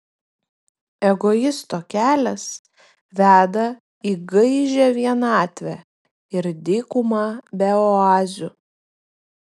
egoisto kelias veda į gaižią vienatvę ir dykumą be oazių